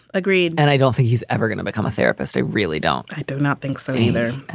agreed. and i don't think he's ever going to become a therapist. i really don't. i do not think so either.